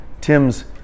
Tim's